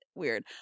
weird